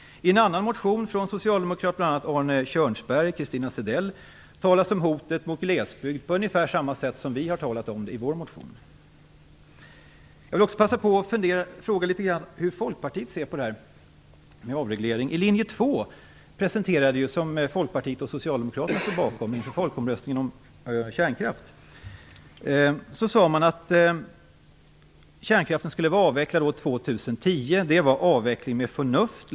I en annan motion från socialdemokraterna, av bl.a. Arne Kjörnsberg och Christina Zedell, talas om hotet mot glesbygden på ungefär samma sätt som vi har talat om det i vår motion. Jag vill också passa på att fråga hur Folkpartiet ser på detta med avreglering. Linje 2, som Folkpartiet och Socialdemokraterna stod bakom, sade ju inför folkomröstningen om kärnkraften att kärnkraften skulle vara avvecklad år 2010. Det var avveckling med förnuft.